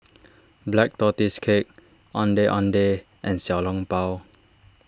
Black Tortoise Cake Ondeh Ondeh and Xiao Long Bao